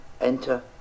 enter